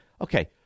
Okay